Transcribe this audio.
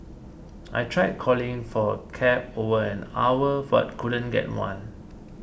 I tried calling for a cab over an hour couldn't get one